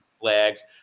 flags